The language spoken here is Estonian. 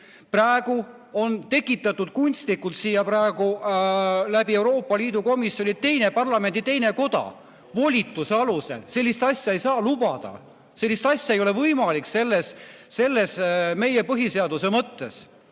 Praegu on tekitatud kunstlikult siia läbi Euroopa Liidu komisjoni parlamendi teine koda, volituse alusel. Sellist asja ei saa lubada. Selline asi ei ole võimalik meie põhiseaduse mõttes,